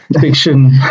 fiction